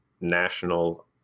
national